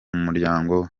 muryango